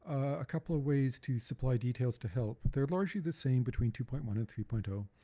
a couple of ways to supply details to help but they're largely the same between two point one and three point zero,